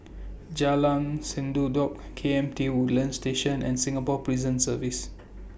Jalan Sendudok K M T Woodlands Station and Singapore Prison Service